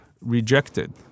rejected